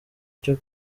cyo